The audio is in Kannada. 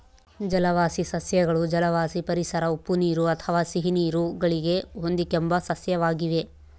ಜಲವಾಸಿ ಸಸ್ಯಗಳು ಜಲವಾಸಿ ಪರಿಸರ ಉಪ್ಪುನೀರು ಅಥವಾ ಸಿಹಿನೀರು ಗಳಿಗೆ ಹೊಂದಿಕೆಂಬ ಸಸ್ಯವಾಗಿವೆ